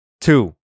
Two